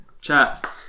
chat